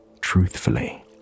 truthfully